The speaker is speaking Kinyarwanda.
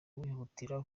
wihutira